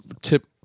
tip